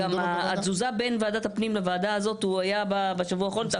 גם התזוזה בין הוועדות נעשתה בשבוע האחרון.